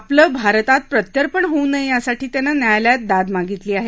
आपलं भारतात प्रत्यर्पण होऊ नये यासाठी त्यानं न्यायालयात दाद मागितली आहे